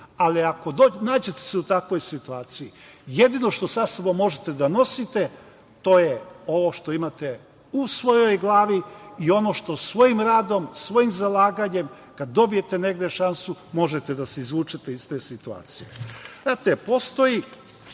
ali ako nađete se u takvoj situaciji, jedino što možete sa sobom da nosite to je ovo što imate u svojoj glavi i ono što svojim radom, svojim zalaganjem kada dobijete negde šansu možete da se izvučete iz te situacije. Znate, postoji